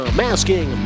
masking